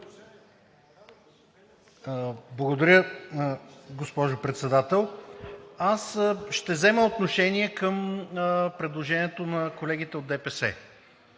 Благодаря, госпожо Председател. Аз ще взема отношение към предложението на колегите от ДПС.